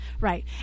right